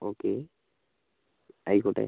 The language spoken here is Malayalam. ഓക്കെ ആയിക്കോട്ടെ